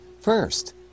First